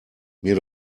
mir